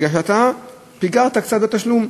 בגלל שאתה פיגרת קצת בתשלום.